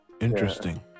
interesting